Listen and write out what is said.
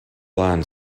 land